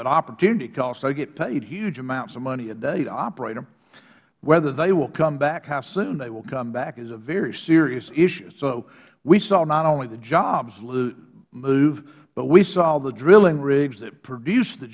but opportunity costs they get paid huge amounts of money a day to operate them whether they will come back how soon they will come back is a very serious issues so we saw not only the jobs move but we saw the drilling rigs that produce the